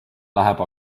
läheb